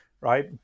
right